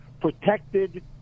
protected